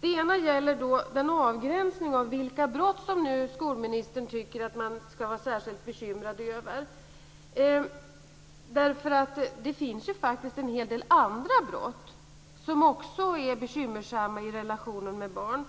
Det ena gäller avgränsningen av vilka brott som skolministern tycker att man ska vara särskilt bekymrad över. Det finns faktiskt en hel del andra brott som också är bekymmersamma i relationen med barn.